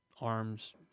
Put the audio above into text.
arms